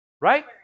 Right